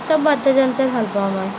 সব বাদ্যযন্ত্ৰয়ে ভাল পাওঁ মই